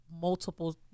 multiple